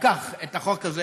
החוק הזה,